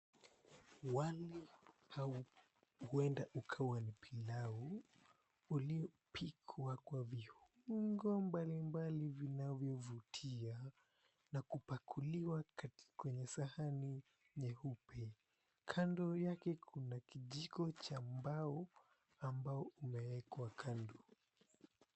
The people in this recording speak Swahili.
Wali huenda ukawa ni pilau uliopikwa kwa viungo mbali mbali vinavyovutiwa na kupakuliwa kwenye sahani nyeupe. Kando yake kuna kijiko cha mbao ambao umeekwa kando.